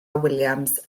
williams